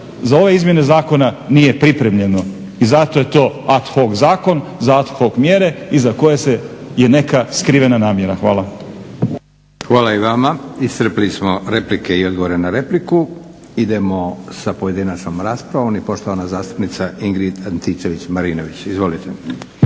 za ove izmjene zakona nije pripremljeno. I zato je to ad hoc zakon, za ad hoc mjere i za koje je neka skrivena namjera. Hvala. **Leko, Josip (SDP)** Hvala i vama. Iscrpili smo replike i odgovore na repliku. Idemo sa pojedinačnom raspravom i poštovana zastupnica Ingrid Antičević-Marinović. Izvolite.